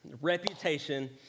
reputation